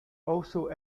also